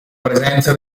presenza